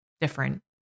different